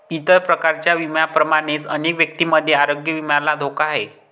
इतर प्रकारच्या विम्यांप्रमाणेच अनेक व्यक्तींमध्ये आरोग्य विम्याला धोका आहे